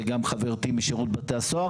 וגם חברתי משירות בתי הסוהר.